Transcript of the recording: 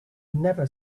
never